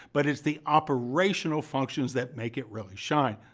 but it's the operational functions that make it really shine.